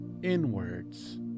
inwards